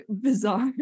bizarre